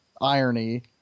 irony